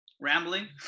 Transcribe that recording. Rambling